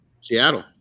Seattle